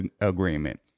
agreement